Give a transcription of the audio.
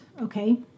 okay